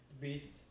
Beast